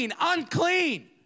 Unclean